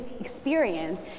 experience